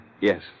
Yes